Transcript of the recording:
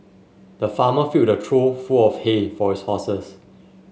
the farmer filled a trough full of hay for his horses